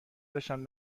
داشتم